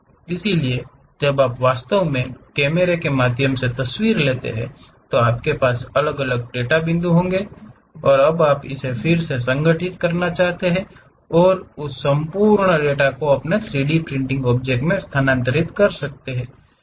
इसलिए जब आप वास्तव में कैमरों के माध्यम से तस्वीरें ले रहे हैं तो आपके पास अलग अलग डेटा बिंदु होंगे अब आप इसे फिर से संगठित करना चाहते हैं और उस संपूर्ण डेटा को अपने 3 डी प्रिंटिंग ऑब्जेक्ट में स्थानांतरित कर सकते हैं